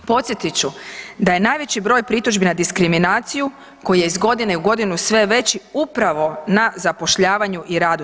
Podsjetit ću da je najveći broj pritužbi na diskriminaciju koji je iz godine u godinu sve veći upravo na zapošljavanju i radu.